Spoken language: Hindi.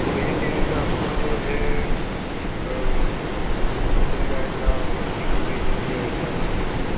वेजिटेरियन में आपको जो है मिल जाएगा मिक्स वेज मिल जाएगी आपको